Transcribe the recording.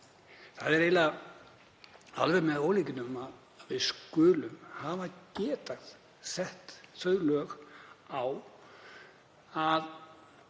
Það er eiginlega alveg með ólíkindum að við skulum geta sett þannig lög á að